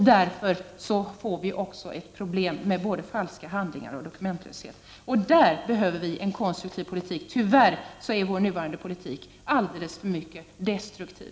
Därför får vi också ett problem med falska handlingar och dokumentlöshet. I detta sammanhang behöver vi en konstruktiv politik. Tyvärr är den nuvarande politiken alldeles för destruktiv.